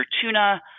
Tuna